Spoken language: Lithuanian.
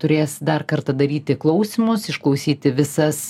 turės dar kartą daryti klausymus išklausyti visas